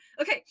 Okay